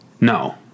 No